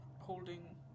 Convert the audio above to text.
holding